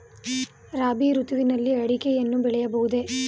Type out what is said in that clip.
ರಾಬಿ ಋತುವಿನಲ್ಲಿ ಅಡಿಕೆಯನ್ನು ಬೆಳೆಯಬಹುದೇ?